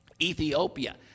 Ethiopia